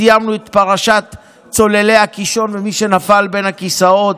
סיימנו את פרשת צוללי הקישון למי שנפל בין הכיסאות,